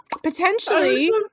Potentially